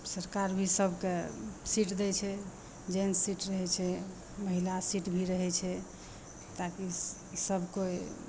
सरकार भी सभकेँ सीट दै छै जेहन सीट रहै छै महिला सीट भी रहै छै ताकि सभ कोइ